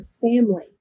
family